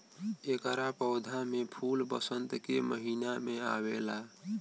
एकरा पौधा में फूल वसंत के महिना में आवेला